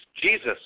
Jesus